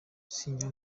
sinjya